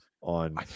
on